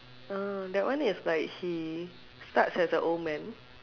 uh that one is like he starts as a old man